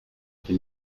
for